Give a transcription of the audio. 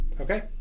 Okay